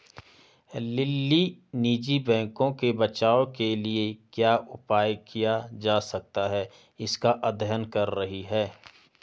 lily निजी बैंकों के बचाव के लिए क्या उपाय किया जा सकता है इसका अध्ययन कर रही है